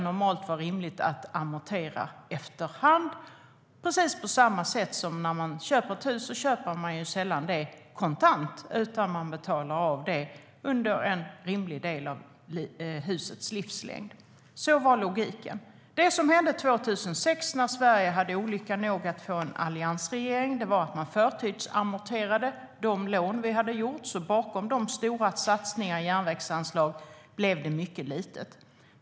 Det är precis som när man köper ett hus; man köper det sällan kontant, utan man betalar av det under en rimlig del av husets livslängd. Så var logiken. Det som hände 2006, när Sverige hade otur nog att få en alliansregering, var att man förtidsamorterade de lån vi hade tagit. Bakom de stora satsningarna på järnvägsanslag blev det alltså mycket lite kvar.